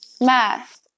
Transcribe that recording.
Math